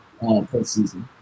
postseason